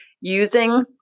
using